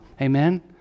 Amen